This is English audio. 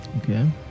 Okay